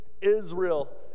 Israel